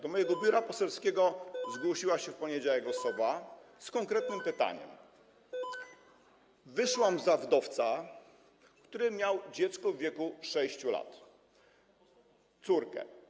Do mojego biura poselskiego zgłosiła się w poniedziałek osoba z konkretnym pytaniem: Wyszłam za wdowca, który miał dziecko w wieku 6 lat, córkę.